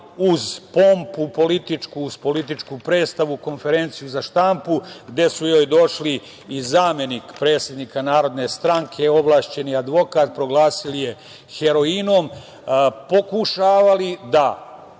uz pompu političku, uz političku predstavu, konferenciju za štampu, gde su joj došli i zamenik predsednika Narodne stranke, ovlašćeni advokat, proglasili je heroinom, pokušavali da,